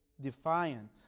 defiant